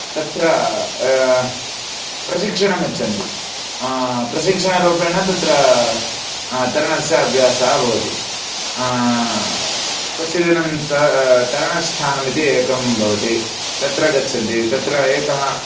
तत्र प्रशिक्षणं यच्छन्ति प्रशिक्षणरूपेण तत्रा तरणस्य अभ्यासः भवति क्वचिद्दिनं तु तरणस्थानमिति एकं भवति तत्र गच्छन्ति तत्र एकः